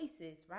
right